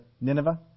Nineveh